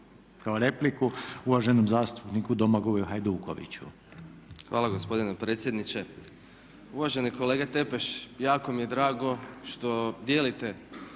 kao repliku uvaženom zastupniku Domagoju Hajdukoviću. **Hajduković, Domagoj (SDP)** Hvala gospodine predsjedniče. Uvaženi kolega Tepeš jako mi je drago što dijelite